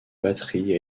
batterie